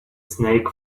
snake